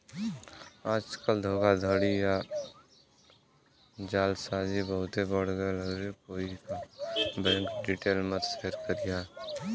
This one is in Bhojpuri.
आजकल धोखाधड़ी या जालसाजी बहुते बढ़ गयल हउवे कोई क बैंक डिटेल मत शेयर करिहा